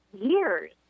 years